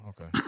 okay